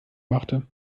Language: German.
machte